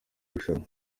rushanwa